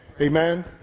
amen